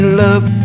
love